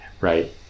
right